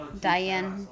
Diane